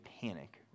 panic